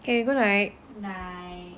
okay good night